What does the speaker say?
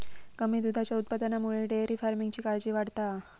कमी दुधाच्या उत्पादनामुळे डेअरी फार्मिंगची काळजी वाढता हा